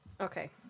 Okay